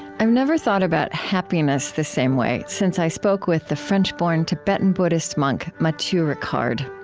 i've never thought about happiness the same way since i spoke with the french-born tibetan buddhist monk matthieu ricard.